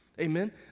Amen